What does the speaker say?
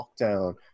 lockdown